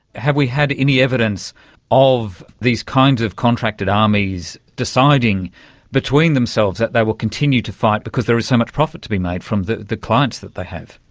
have we had any evidence of these kinds of contracted armies deciding between themselves that they will continue to fight because there is so much profit to be made from the the clients that they have?